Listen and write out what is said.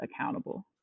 accountable